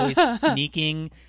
sneaking